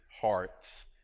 hearts